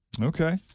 Okay